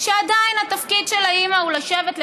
שעדיין התפקיד של האימא הוא לשבת,